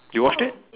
you watched it